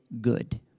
good